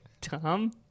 Tom